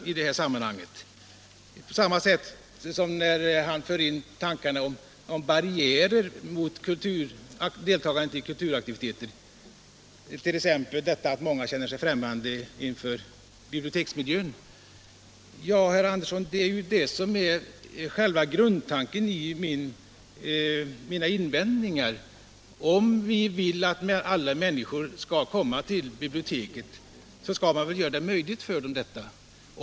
Likaså tar herr Andersson upp tanken på barriärer mot deltagande i kulturaktiviteter, detta att många exempelvis känner sig främmande i biblioteksmiljön. Ja, herr Andersson, det är det som är själva grundtanken i mina invändningar. Om vi vill att alla människor skall komma till biblioteket, skall man väl göra detta möjligt för dem.